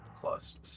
plus